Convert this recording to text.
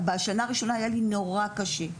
בשנה הראשונה היה לי נורא קשה.